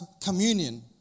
communion